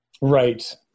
Right